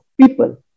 people